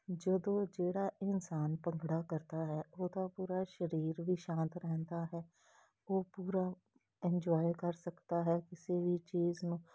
ਜਦੋਂ ਜਿਹੜਾ ਇਨਸਾਨ ਭੰਗੜਾ ਕਰਦਾ ਹੈ ਉਹਦਾ ਪੂਰਾ ਸਰੀਰ ਵੀ ਸ਼ਾਂਤ ਰਹਿੰਦਾ ਹੈ ਉਹ ਪੂਰਾ ਇੰਜੋਏ ਕਰ ਸਕਦਾ ਹੈ ਕਿਸੇ ਵੀ ਚੀਜ਼ ਨੂੰ